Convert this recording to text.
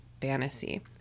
fantasy